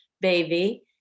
baby